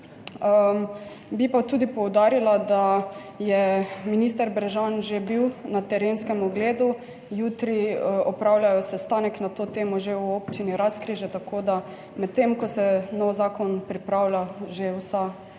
Bi pa tudi poudarila, da je minister Brežan že bil na terenskem ogledu, jutri opravljajo sestanek na to temo že v občini Razkrižje, tako da, medtem ko se nov zakon pripravlja, že vsa